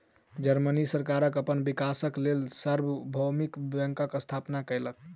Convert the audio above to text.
Germany सरकार अपन विकासक लेल सार्वभौमिक बैंकक स्थापना केलक